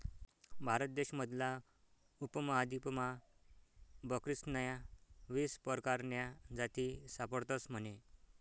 भारत देश मधला उपमहादीपमा बकरीस्न्या वीस परकारन्या जाती सापडतस म्हने